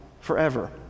forever